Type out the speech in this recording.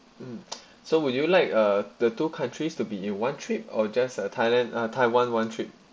mm so would you like uh the two countries to be in one trip or just a thailand or taiwan one trip